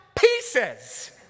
pieces